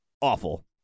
awful